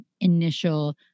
initial